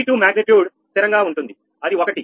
V2 magnitude స్థిరత్వం గా ఉంటుంది అది ఒకటి